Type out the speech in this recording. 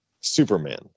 Superman